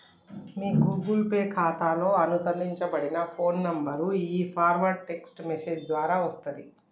మీ Google Pay ఖాతాతో అనుబంధించబడిన phone నంబర్కు ఈ పాస్వర్డ్ టెక్ట్స్ మెసేజ్ ద్వారా వస్తది